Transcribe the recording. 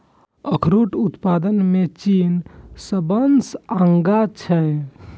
अखरोटक उत्पादन मे चीन सबसं आगां छै